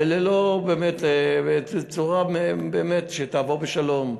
ובצורה שתעבור בשלום.